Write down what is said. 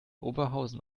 oberhausen